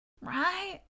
Right